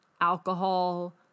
alcohol